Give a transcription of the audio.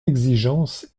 exigence